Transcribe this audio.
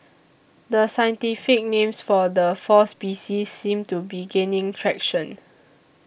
the scientific names for the four species seem to be gaining traction